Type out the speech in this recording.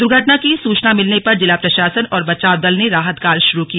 दुर्घटना की सूचना मिलने पर जिला प्रशासन और बचाव दल ने राहत कार्य शुरू किया